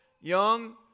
young